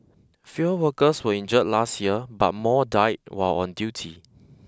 fewer workers were injured last year but more died while on duty